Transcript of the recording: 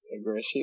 aggressive